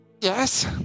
Yes